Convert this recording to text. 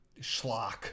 schlock